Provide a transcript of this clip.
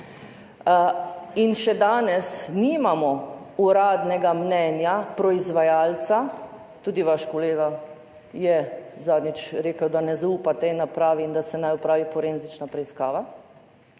in še danes nimamo uradnega mnenja proizvajalca. Tudi vaš kolega je zadnjič rekel, da ne zaupa tej napravi in da naj se opravi forenzična preiskava.